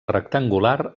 rectangular